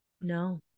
no